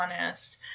honest